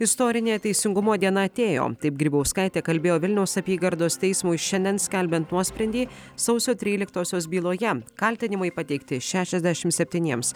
istorinė teisingumo diena atėjo taip grybauskaitė kalbėjo vilniaus apygardos teismui šiandien skelbiant nuosprendį sausio tryliktosios byloje kaltinimai pateikti šešiasdešim septyniems